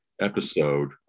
episode